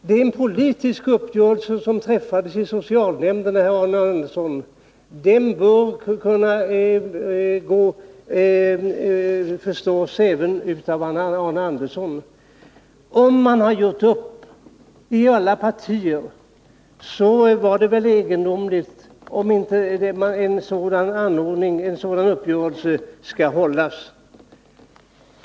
Det är en politisk uppgörelse som har träffats i socialnämnderna, och den bör kunna förstås även av Arne Andersson. När alla partier har gjort upp, vore det väl egendomligt om en sådan uppgörelse inte skulle hållas.